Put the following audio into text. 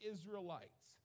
Israelites